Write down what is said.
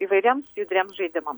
įvairiems judriems žaidimam